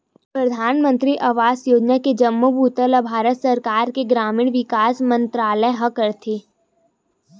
परधानमंतरी आवास योजना के जम्मो बूता ल भारत सरकार के ग्रामीण विकास मंतरालय ह करथे